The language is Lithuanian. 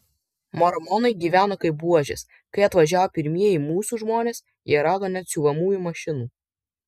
mormonai gyveno kaip buožės kai atvažiavo pirmieji mūsų žmonės jie rado net siuvamųjų mašinų